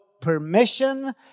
permission